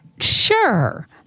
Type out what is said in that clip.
sure